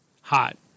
hot